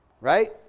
Right